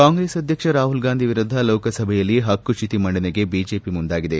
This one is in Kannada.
ಕಾಂಗ್ರೆಸ್ ಅಧ್ಯಕ್ಷ ರಾಹುಲ್ ಗಾಂಧಿ ವಿರುದ್ದ ಲೋಕಸಭೆಯಲ್ಲಿ ಹಕ್ಕುಚ್ಚುತಿ ಮಂಡನೆಗೆ ಬಿಜೆಪಿ ಮುಂದಾಗಿದೆ